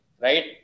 right